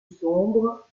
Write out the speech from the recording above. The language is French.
sombre